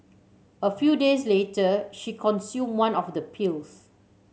a few days later she consumed one of the pills